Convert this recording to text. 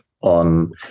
on